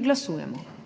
Glasujemo.